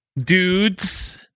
dudes